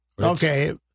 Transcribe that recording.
Okay